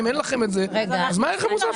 אם אין לכם את זה אז מה הערך המוסף שלכם?